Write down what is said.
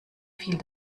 viel